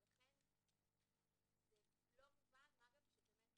ולכן אמרנו לצורך העניין,